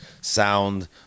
sound